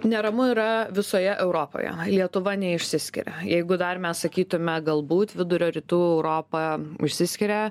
neramu yra visoje europoje lietuva neišsiskiria jeigu dar mes sakytume galbūt vidurio rytų europa išsiskiria